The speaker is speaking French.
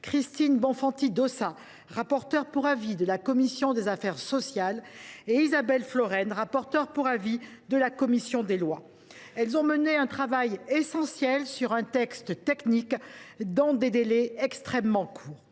Christine Bonfanti Dossat, rapporteur pour avis de la commission des affaires sociales, et Isabelle Florennes, rapporteure pour avis de la commission des lois, qui ont effectué un travail essentiel sur un texte technique, dans des délais très courts.